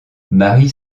marie